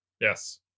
Yes